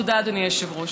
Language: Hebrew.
תודה, אדוני היושב-ראש.